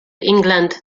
england